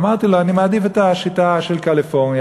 אמרתי לו: אני מעדיף את השיטה של קליפורניה.